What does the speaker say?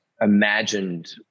imagined